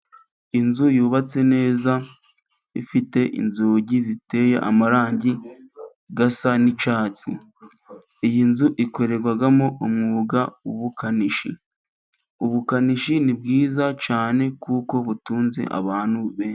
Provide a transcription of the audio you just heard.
Inzu yubatse neza ifite inzugi ziteye amarangi asa n'icyatsi, iyi nzu ikorerwamo umwuga w'ubukanishi, ubukanishi ni bwiza cyane kuko butunze abantu benshi.